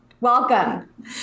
Welcome